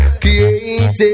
created